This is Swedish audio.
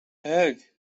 hög